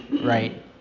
right